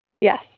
Yes